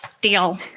Deal